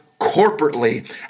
corporately